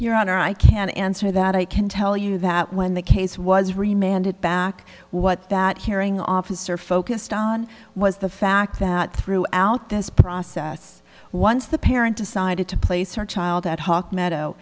honor i can answer that i can tell you that when the case was remanded back what that hearing officer focused on was the fact that throughout this process once the parent decided to place her child at hawk meadow